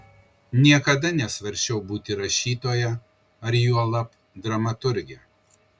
niekada nesvarsčiau būti rašytoja ar juolab dramaturge